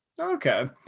Okay